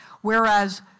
Whereas